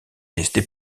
testé